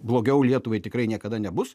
blogiau lietuvai tikrai niekada nebus